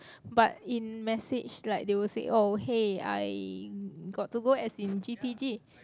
but in message like they would say oh hey I got to go as in G_T_G